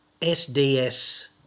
SDS